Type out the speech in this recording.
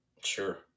Sure